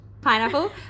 pineapple